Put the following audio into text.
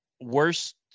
worst